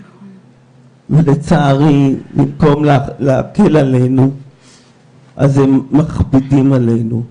לצערי, במקום להקל עלינו אז הם מכבידים עלינו.